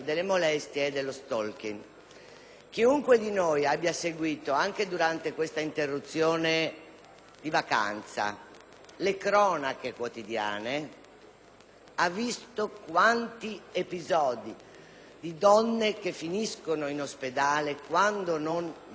Chiunque di noi abbia seguito, anche durante queste vacanze, le cronache quotidiane ha visto quanti episodi ci sono di donne che finiscono in ospedale, quando non direttamente uccise,